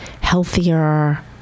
healthier